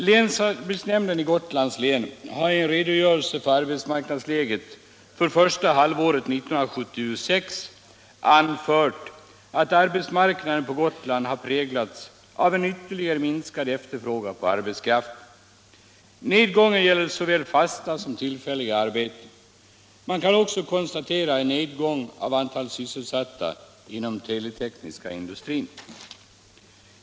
Länsarbetsnämnden i Gotlands län har i en redogörelse för arbetsmarknadsläget för första halvåret 1976 anfört att arbetsmarknaden på Gotland har präglats av en ytterligare minskad efterfrågan på arbetskraft. Nedgången gäller såväl fasta som tillfälliga arbeten. Man kan också konstatera en nedgång i antalet sysselsatta inom den teletekniska industrin.